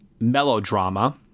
melodrama